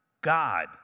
God